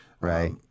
Right